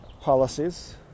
policies